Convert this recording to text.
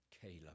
Caleb